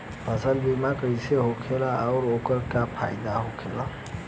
फसल बीमा कइसे होखेला आऊर ओकर का फाइदा होखेला?